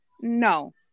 no